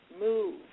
move